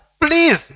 please